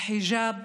החיג'אב